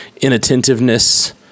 inattentiveness